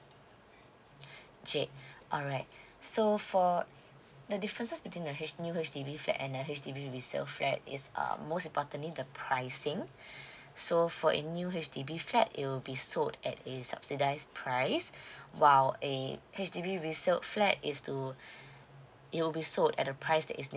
jade alright so for the differences between the H new H_D_B fat and a H_D_B resale flat is uh most importantly the pricing so for a new H_D_B flat it will be sold at a subsidized price while a H_D_B resale flat is to it will be so at the price that is